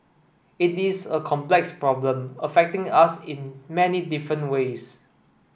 it is a complex problem affecting us in many different ways